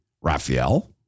raphael